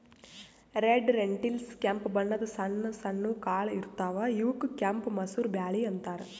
red lentils ಕೆಂಪ್ ಬಣ್ಣದ್ ಸಣ್ಣ ಸಣ್ಣು ಕಾಳ್ ಇರ್ತವ್ ಇವಕ್ಕ್ ಕೆಂಪ್ ಮಸೂರ್ ಬ್ಯಾಳಿ ಅಂತಾರ್